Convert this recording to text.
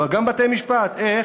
וגם בתי-משפט, איך?